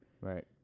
Right